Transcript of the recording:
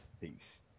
Peace